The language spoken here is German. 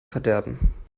verderben